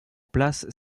place